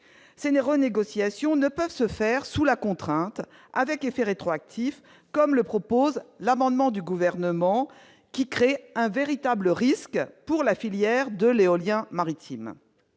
des renégociations ne peuvent se faire sous la contrainte, avec effet rétroactif, comme le propose l'amendement du gouvernement qui crée un véritable risque pour la filière de l'éolien maritime,